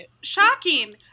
shocking